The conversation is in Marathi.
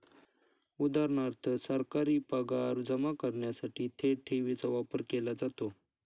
उदा.सरकारी पगार जमा करण्यासाठी थेट ठेवीचा वापर केला जातो